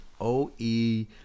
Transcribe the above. O-E